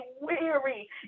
weary